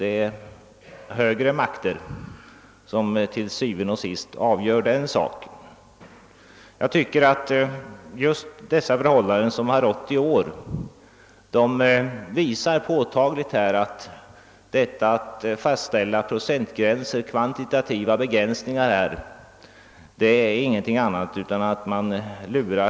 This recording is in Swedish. Det är högre makter som til syvende og sidst avgör den saken. Enligt min mening visar de förhållanden som rått i år påtagligt att fastställandet av kvantitativa begräns ningar inte är någonting annat än lek med ord.